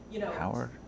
Howard